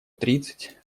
тридцать